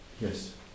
Yes